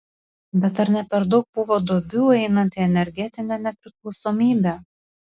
bet ar ne per daug buvo duobių einant į energetinę nepriklausomybę